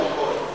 לפרוטוקול.